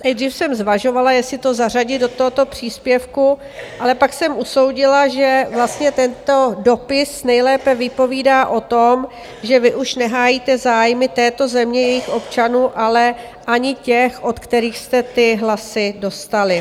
Nejdřív jsem zvažovala, jestli to zařadit do tohoto příspěvku, ale pak jsem usoudila, že vlastně tento dopis nejlépe vypovídá o tom, že vy už nehájíte zájmy této země, jejích občanů, ale ani těch, od kterých jste ty hlasy dostali.